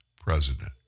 president